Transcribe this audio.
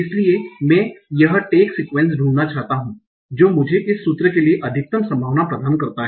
इसलिए मैं यह टैग सिक्यूएन्स ढूंढना चाहता हूं जो मुझे इस सूत्र के लिए अधिकतम संभावना प्रदान करता है